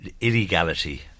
illegality